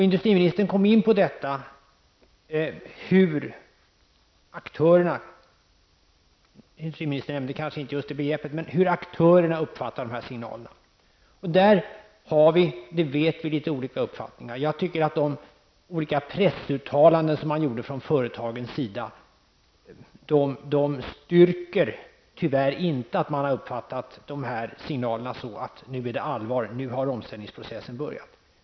Industriministern kom in på detta hur aktörerna -- industriministern nämnde kanske inte just det begreppet -- uppfattar de här signalerna. Där har vi, det vet vi, litet olika uppfattningar. Jag tycker att de olika pressuttalanden som företagen gjorde tyvärr inte styrker att man har uppfattat signalerna så, att nu är det allvar och nu har omställningsprocessen börjat.